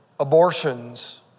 Abortions